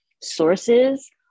sources